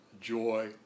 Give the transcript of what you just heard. joy